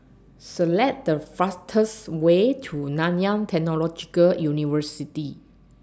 Select The fastest Way to Nanyang Technological University